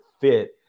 fit